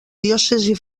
diòcesi